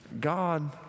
God